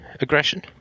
aggression